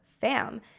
fam